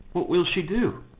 what will she do?